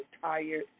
tired